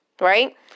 right